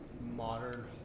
modern